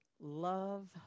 Love